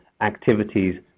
activities